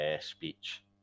speech